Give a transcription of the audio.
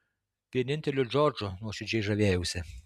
vieninteliu džordžu nuoširdžiai žavėjausi